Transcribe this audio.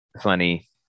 funny